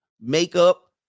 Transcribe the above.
makeup